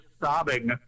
sobbing